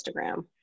Instagram